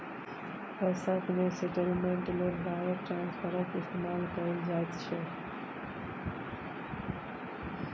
पैसाक net settlement लेल wire ट्रांस्फरक इस्तेमाल कएल जाइत छै